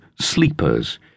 Sleepers